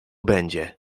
będzie